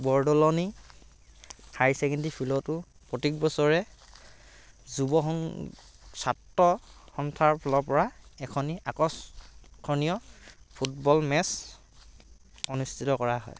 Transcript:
Bordoloni high secondary ফিলটো প্ৰত্য়েক বছৰে যুৱ সং ছাত্ৰ সন্থাৰ ফালৰ পৰা এখনি আকৰ্ষণীয় ফুটবল মেট্চ্ছ অনুষ্ঠিত কৰা হয়